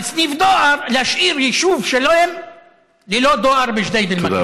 סניף דואר להשאיר יישוב שלם ללא דואר בג'דיידה-מכר.